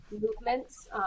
movements